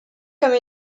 comme